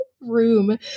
room